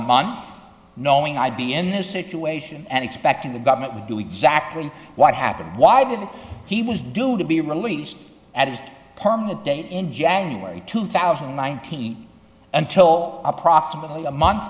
month knowing i'd be in this situation and expecting the government would do exactly what happened why didn't he was due to be released at his permit date in january two thousand and nineteen until approximately a month